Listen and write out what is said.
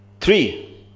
Three